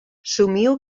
somio